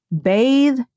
Bathe